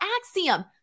Axiom